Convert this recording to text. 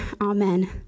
Amen